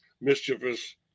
mischievous